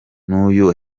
nuyu